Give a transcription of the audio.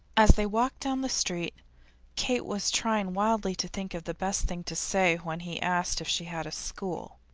as they walked down the street kate was trying wildly to think of the best thing to say when he asked if she had a school.